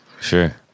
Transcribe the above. Sure